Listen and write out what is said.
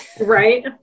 Right